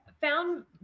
found